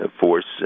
force